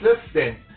assistant